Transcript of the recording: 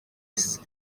isi